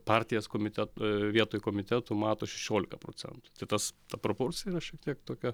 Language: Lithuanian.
partijas komitet vietoj komitetų mato šešiolika procentų tai tas ta proporcija yra šiek tiek tokia